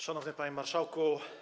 Szanowny Panie Marszałku!